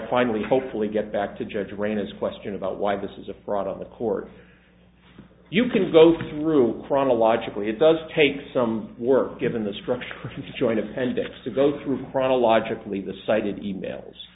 finally hopefully get back to judge ran his question about why this is a fraud on the court you can go through chronologically it does take some work given the structure to join appendix to go through chronologically the cited emails